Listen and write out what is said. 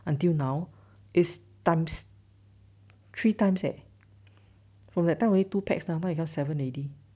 until now is times three times eh from that time only two pax now become seven already